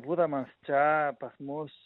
būdamas čia pas mus